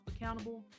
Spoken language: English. accountable